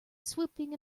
swooping